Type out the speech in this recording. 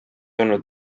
olnud